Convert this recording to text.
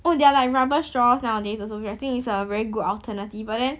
oh there are like rubber straws nowadays also which I think is a very good alternative but then